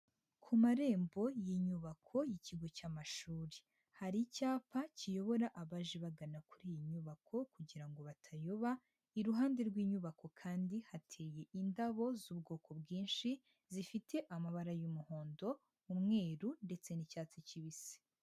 Ku marembo y'inyubako y'ikigo cy'amashuri, hari icyapa kiyobora abaje bagana kuri iyi nyubako kugira ngo batayoba, iruhande rw'inyubako kandi hateye indabo z'ubwoko bwinshi zifite amabara y'umuhondo, umweru ndetse n'icyatsi kibisi.